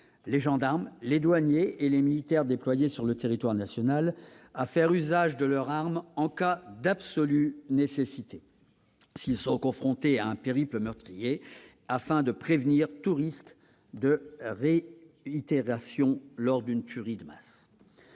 les gendarmes, les douaniers et les militaires déployés sur le territoire national à faire usage de leur arme en cas d'« absolue nécessité », s'ils sont confrontés à un « périple meurtrier », afin de prévenir tout risque de réitération lors d'une tuerie de masse.